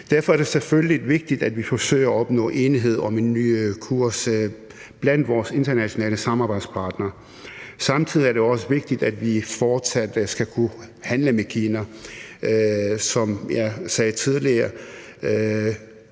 Derfor er det selvfølgelig vigtigt, at vi forsøger at opnå enighed om en ny kurs blandt vores internationale samarbejdspartnere. Samtidig er det også vigtigt, at vi fortsat skal kunne handle med Kina. Som jeg sagde tidligere,